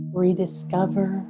rediscover